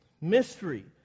Mystery